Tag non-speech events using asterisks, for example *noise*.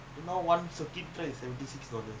*noise* ya lah